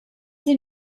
sie